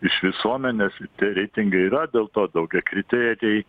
iš visuomenės tie reitingai yra dėl to daugiakriteriai